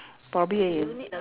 probably